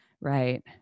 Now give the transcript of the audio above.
Right